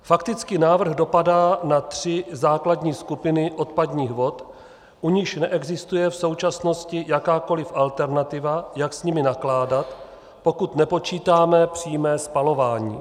Fakticky návrh dopadá na tři základní skupiny odpadních vod, u nichž neexistuje v současnosti jakákoliv alternativa, jak s nimi nakládat, pokud nepočítáme přímé spalování.